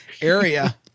area